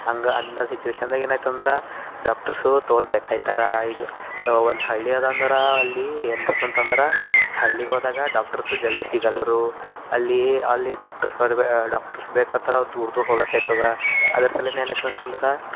ಹಾಗೆ ಅಂಥ ಸಿಚುಯೇಷನ್ದಾಗ ಏನಾಯ್ತಂದ್ರೆ ಡಾಕ್ಟರ್ಸು ತೋಲ್ ಬೇಕಾಗ್ತಾರ ಈಗ ಒಂದು ಹಳ್ಳಿ ಅದ ಅಂದರೆ ಅಲ್ಲಿ ಎಂಥ ಸಂತ ಅಂದರೆ ಹಳ್ಳಿಗಳದಾಗ ಡಾಕ್ಟರ್ಸು ಜಲ್ದಿ ಸಿಗಲ್ಲರೂ ಅಲ್ಲಿ ಅಲ್ಲಿ ಡಾಕ್ಟರ್ಸ್ ನಡುವೆ ಡಾಕ್ಟರ್ಸು ಬೇಕೆಂದರೆ ನಾವು ದೂರ ದೂರ ಹೋಗ್ಬೇಕಾಯ್ತದ ಅದರ ಸಲಕ್ಕ ಏನಾಗ್ತದ ಅಂತಂದರೆ